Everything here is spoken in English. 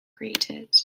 created